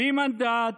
בלי מנדט,